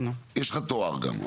יש לך תואר גם,